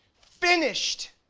Finished